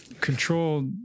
control